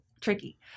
tricky